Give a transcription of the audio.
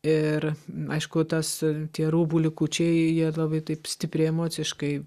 ir aišku tas tie rūbų likučiai jie labai taip stipriai emociškai